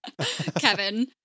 kevin